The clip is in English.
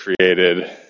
created